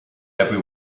every